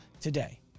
today